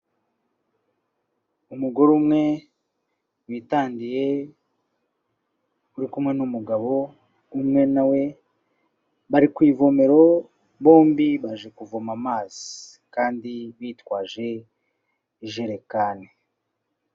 Umugore umwe witandiye uri kumwe n'umugabo, umwe na we, bari ku ivomero bombi baje kuvoma amazi kandi bitwaje ijerekani.